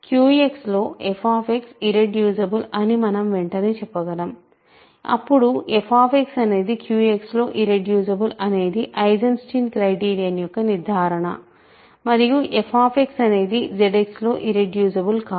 QX లో f irreducible అని మనం వెంటనే చెప్పగలం అప్పుడు f అనేది QX లో ఇర్రెడ్యూసిబుల్ అనేది ఐసెన్స్టీన్ క్రైటీరియన్ యొక్క నిర్ధారణ మరియు f అనేది ZX లో ఇర్రెడ్యూసిబుల్ కాదు